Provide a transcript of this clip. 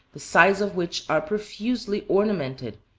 the sides of which are profusely ornamented,